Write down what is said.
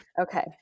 okay